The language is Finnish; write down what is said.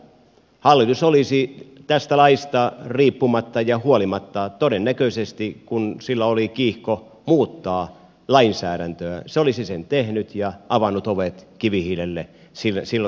hallitus olisi tästä laista riippumatta ja huolimatta kun sillä oli kiihko muuttaa lainsäädäntöä todennäköisesti sen tehnyt ja avannut ovet kivihiilelle sellaisessakin tilanteessa